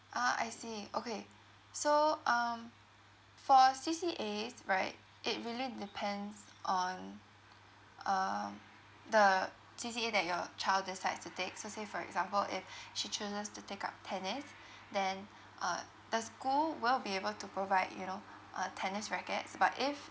ah I see okay so um for C_C_As right it really depends on um the C_C_A that your child decides to take so say for example if she chooses to take up tennis then uh the school will be able to provide you know uh tennis rackets but if